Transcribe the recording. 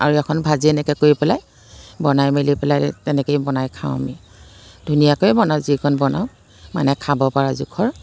আৰু এখন ভাজি এনেকৈ কৰি পেলাই বনাই মেলি পেলাই তেনেকেই বনাই খাওঁ আমি ধুনীয়াকৈ বনাওঁ যিকণ বনাওঁ মানে খাব পৰা জোখৰ